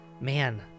man